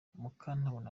mukantabana